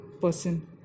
person